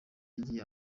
yagiye